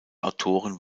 autoren